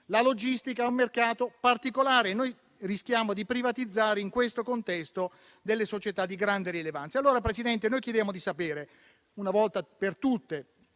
La logistica è un mercato particolare e noi rischiamo di privatizzare in questo contesto società di grande rilevanza. Allora, Presidente, chiediamo di sapere una volta per tutte